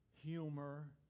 humor